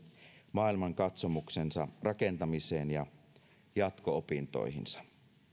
maailmankatsomuksensa rakentamiseen ja jatko opintoihinsa